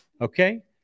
Okay